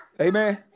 Amen